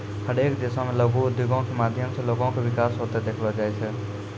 हरेक देशो मे लघु उद्योगो के माध्यम से लोगो के विकास होते देखलो जाय छै